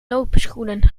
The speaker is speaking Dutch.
loopschoenen